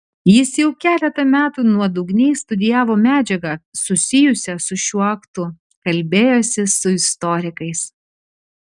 jis jau keletą metų nuodugniai studijavo medžiagą susijusią su šiuo aktu kalbėjosi su istorikais